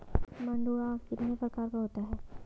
मंडुआ कितने प्रकार का होता है?